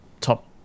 top